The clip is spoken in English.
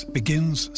begins